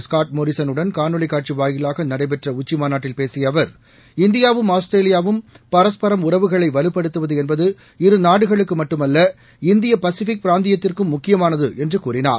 Scott மோரிசனுடன் காணொலி காட்சி வாயிலாக நடைபெற்ற உச்சிமாநாட்டில் பேசிய அவர் இந்தியாவும் ஆஸ்திரேலியாவும் பரஸ்பரம் உறவுகளை வலுப்படுத்தவது என்பது இரு நாடுகளுக்கு மட்டுமல்ல இந்திய பசிபிக் பிராந்தியத்திற்கும் முக்கியமானது என்று கூறினார்